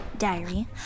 diary